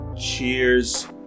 cheers